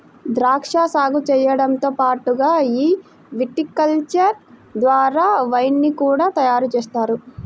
ద్రాక్షా సాగు చేయడంతో పాటుగా ఈ విటికల్చర్ ద్వారా వైన్ ని కూడా తయారుజేస్తారు